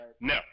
No